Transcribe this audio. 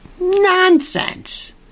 Nonsense